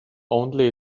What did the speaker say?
only